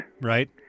Right